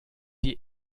die